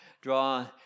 draw